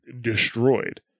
destroyed